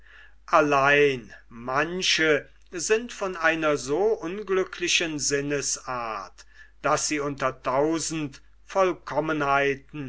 allein manche sind von einer so unglücklichen sinnesart daß sie unter tausend